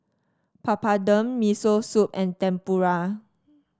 Papadum Miso Soup and Tempura